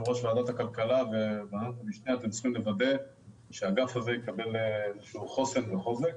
יושב-ראש ועדת הכלכלה --- צריכים לוודא שהאגף הזה יקבל חוסן וחוזק.